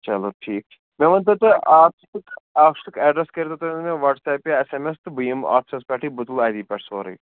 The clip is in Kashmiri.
چلو ٹھیٖک چھُ مےٚ ؤنۍ تو تُہۍ آفسُک آفسُک ایڈرَس کٔرۍتو مےٚ تُہۍ واٹٔس ایپ یا ایس ایم ایس تہٕ بہٕ یِمہٕ آفسَس پٮ۪ٹھٕے بہٕ تُلہٕ اَتی پٮ۪ٹھٕ سورُے